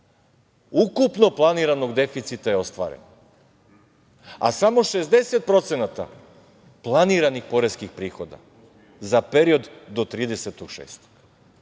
ukupno planiranog deficita, a samo 60% planiranih poreskih prihoda za period do 30.